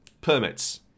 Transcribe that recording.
Permits